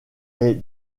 est